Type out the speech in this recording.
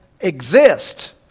exist